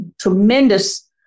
tremendous